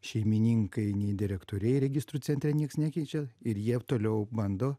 šeimininkai nei direktoriai registrų centre nieks nekeičia ir jie toliau bando